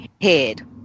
head